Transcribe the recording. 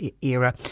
era